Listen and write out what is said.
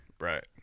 right